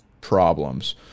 problems